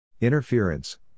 Interference